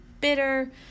bitter